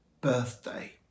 birthday